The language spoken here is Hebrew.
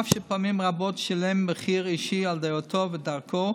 אף שפעמים רבות שילם מחיר אישי על דעותיו ודרכו,